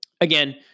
again